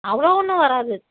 அவ்வளோ ஒன்றும் வராது